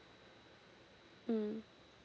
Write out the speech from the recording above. mm